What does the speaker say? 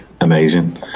amazing